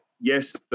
yes